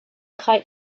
kite